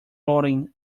rotting